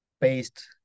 based